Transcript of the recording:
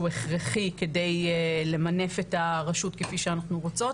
הכרחי כדי למנף את הרשות כפי שאנחנו רוצות,